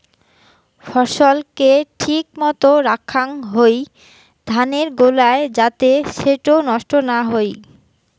ফছল কে ঠিক মতো রাখাং হই ধানের গোলায় যাতে সেটো নষ্ট না হই